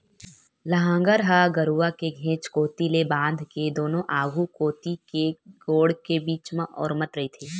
लांहगर ह गरूवा के घेंच कोती ले बांध के दूनों आघू कोती के गोड़ के बीच म ओरमत रहिथे